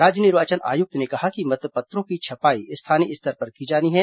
राज्य निर्वाचन आयुक्त ने कहा कि मतपत्रों की छपाई स्थानीय स्तर पर की जानी है